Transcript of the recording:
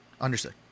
understood